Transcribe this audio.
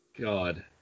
God